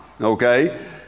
okay